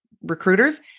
recruiters